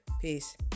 Peace